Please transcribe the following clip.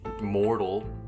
mortal